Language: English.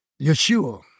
Yeshua